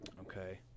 Okay